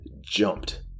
jumped